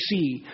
see